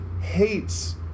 hates